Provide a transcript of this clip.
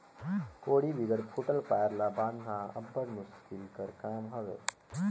कोड़ी बिगर फूटल पाएर ल बाधना अब्बड़ मुसकिल कर काम हवे